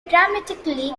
dramatically